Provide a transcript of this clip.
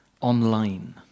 online